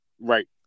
Right